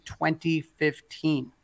2015